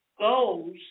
goals